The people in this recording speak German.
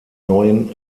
neuen